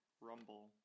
rumble